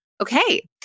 okay